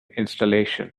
installation